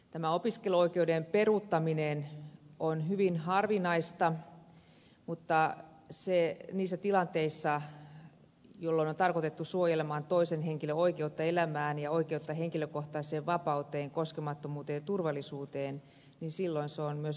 tämä opiskeluoikeuden peruuttaminen on hyvin harvinaista mutta se niissä tilanteissa myös välttämätöntä jolloin se on tarkoitettu suojelemaan toisen henkilön oikeutta elämään ja oikeutta henkilökohtaiseen vapauteen koskemattomuuteen ja turvallisuuteen